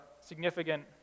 significant